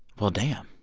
well, damn,